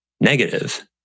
negative